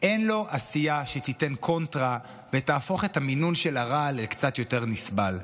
אין לו עשייה שתיתן קונטרה ותהפוך את המינון של הרע לקצת יותר נסבל.